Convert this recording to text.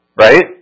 right